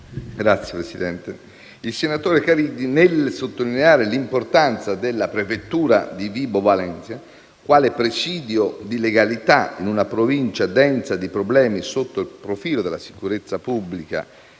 senatori, il senatore Caridi, nel sottolineare l'importanza della prefettura di Vibo Valentia, quale presidio di legalità in una provincia densa di problemi sotto il profilo della sicurezza pubblica